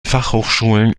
fachhochschulen